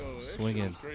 swinging